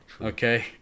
Okay